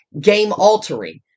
game-altering